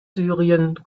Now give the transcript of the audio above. syrien